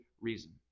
reason